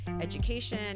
education